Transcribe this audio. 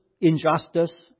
injustice